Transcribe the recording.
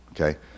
okay